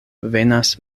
venas